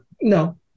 no